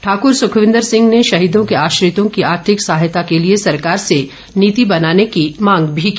ठाकूर सुखविन्दर सिंह ने शहीदों के आश्रितों की आर्थिक सहायता के लिए सरकार से नौति बनाने की मांग भी की